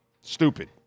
stupid